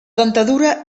dentadura